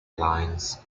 lines